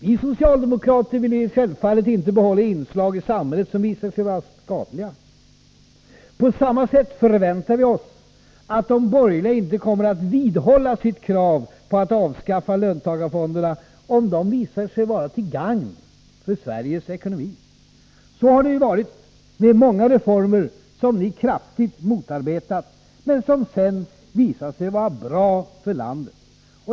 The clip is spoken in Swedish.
Vi socialdemokrater vill självfallet inte behålla inslag i samhället som visar sig vara skadliga. På samma sätt förväntar vi oss att de borgerliga inte kommer att vidhålla sitt krav på att avskaffa löntagarfonderna, om de visar sig vara till gagn för Sveriges ekonomi. Så har det varit med många reformer som ni kraftigt motarbetat, men som sedan visat sig vara bra för landet.